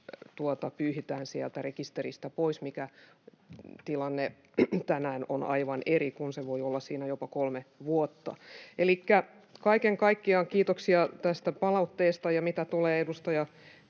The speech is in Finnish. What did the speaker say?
pyyhitään rekisteristä pois. Tänään on aivan eri tilanne, kun se voi olla siinä jopa kolme vuotta. Elikkä kaiken kaikkiaan kiitoksia tästä palautteesta. Ja mitä tulee, edustaja